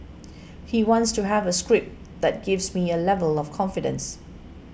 he wants to have a script that gives me a level of confidence